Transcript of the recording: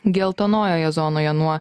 geltonojoje zonoje nuo